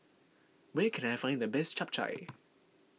where can I find the best Chap Chai